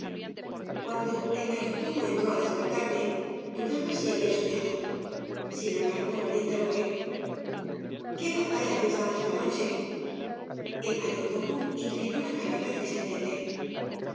cuando el mayordomo g obras de valle inclan entró á despertarme dudaba si había soñado sin embargo le interrogué qué batalla habéis dado esta noche el mayordomo inclinó la cabeza tristemente